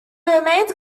remained